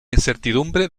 incertidumbre